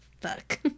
fuck